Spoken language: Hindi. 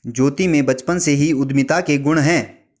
ज्योति में बचपन से ही उद्यमिता के गुण है